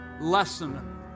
lesson